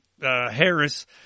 Harris